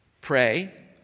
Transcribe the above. pray